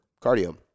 cardio